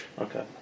Okay